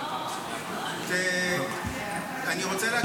אני רוצה להקשיב.